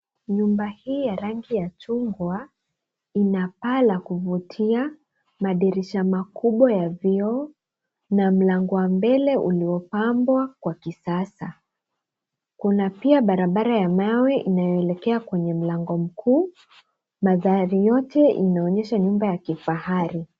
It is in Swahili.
Nyumba hii ya rangi ya chungwa ina paa la kuvutia na dirisha makubwa ya vioo na mlango wa mbele uliopambwa kwa kisasa. Kuna pia barabara ya mawe inayoelekea kwenye mlango mkuu. Mandhari yote inaonyesha nyumba ya kifahari.